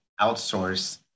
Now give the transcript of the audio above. outsource